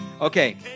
Okay